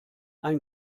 ein